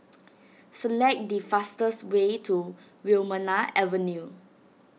select the fastest way to Wilmonar Avenue